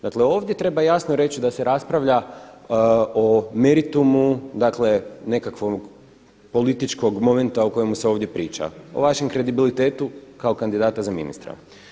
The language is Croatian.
Dakle, ovdje treba jasno reći da se raspravlja o meritumu, dakle nekakvog političkog momenta o kojemu se ovdje priča o vašem kredibilitetu kao kandidata za ministra.